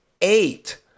eight